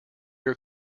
are